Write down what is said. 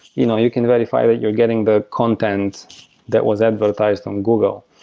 you know you can verify that you're getting the content that was advertised on google.